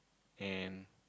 and